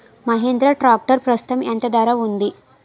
Mahindra tractor ప్రస్తుతం ఎంత ధర ఉంది?